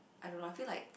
I don't know I feel like